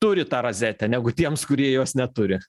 turi tą rozetę negu tiems kurie jos neturi